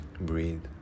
Breathe